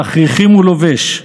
/ תכריכים הוא לובש,